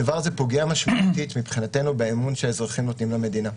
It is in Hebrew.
הדבר הזה פוגע משמעותית מבחינתנו באמון שהאזרחים נותנים במדינה.